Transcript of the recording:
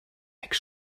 make